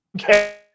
Okay